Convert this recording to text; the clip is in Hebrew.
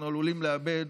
אנחנו עלולים לאבד